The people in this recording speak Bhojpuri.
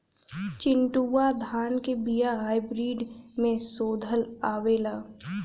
चिन्टूवा धान क बिया हाइब्रिड में शोधल आवेला?